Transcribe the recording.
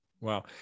wow